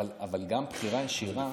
אבל גם בחירה ישירה,